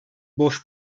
boş